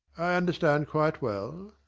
i understand quite well.